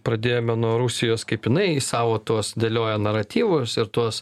pradėjome nuo rusijos kaip jinai savo tuos dėlioja naratyvus ir tuos